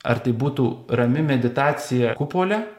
ar tai būtų rami meditacija kupole